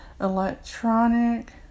electronic